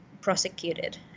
prosecuted